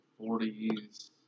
40s